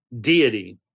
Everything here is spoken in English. deity